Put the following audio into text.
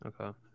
Okay